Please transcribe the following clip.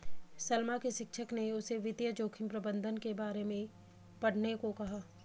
सलमा के शिक्षक ने उसे वित्तीय जोखिम प्रबंधन के बारे में पढ़ने को कहा